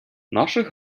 наших